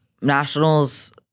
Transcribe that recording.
nationals